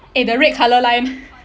eh the red colour line